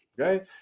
Okay